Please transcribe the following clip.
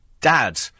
dad